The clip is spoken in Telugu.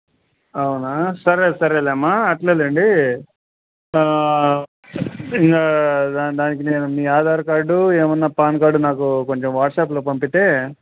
అవునా సరే సరేలేమ్మా అట్లేలేండి ఇకా దానికి నేను మీ ఆధార్ కార్డు ఏమన్నా పాన్ కార్డు నాకు కొంచెం వాట్సాప్లో పంపితే